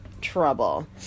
trouble